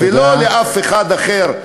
ולא לאף אחד אחר.